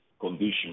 condition